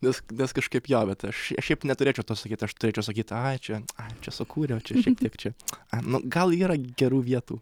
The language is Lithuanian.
nes nes kažkaip jo bet aš aš šiaip neturėčiau to sakyt aš turėčiau sakyt ai čia ai čia sukūriau čia šiek tiek čia ai nu gal yra gerų vietų